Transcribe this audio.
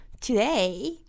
today